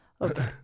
Okay